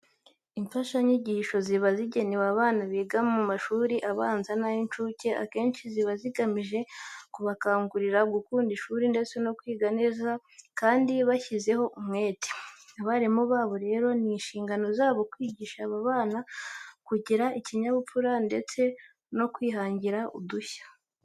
Imfashanyigisho ziba zigenewe abana biga mu mashuri abanza n'ay'incuke akenshi ziba zigamije kubakangurira gukunda ishuri ndetse no kwiga neza kandi bashyizeho umwete. Abarimu babo rero ni inshingano zabo kwigisha aba bana kugira ikinyabupfura ndetse no kwihangira udushya.